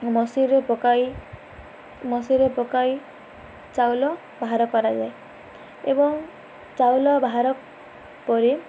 ମସିିରେ ପକାଇ ମସିିରେ ପକାଇ ଚାଉଳ ବାହାର କରାଯାଏ ଏବଂ ଚାଉଳ ବାହାର ପରେ